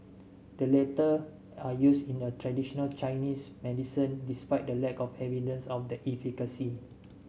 the latter are used in the traditional Chinese medicine despite the lack of evidence of their efficacy